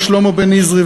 ושלמה בניזרי,